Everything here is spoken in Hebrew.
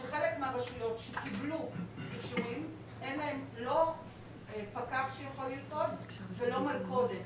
שחלק מהרשויות שקיבלו אישורים אין להן לא פקח שיכול ללכוד ולא מלכודת,